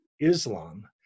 Islam